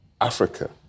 Africa